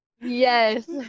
Yes